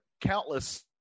countless